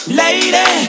lady